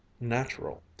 natural